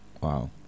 wow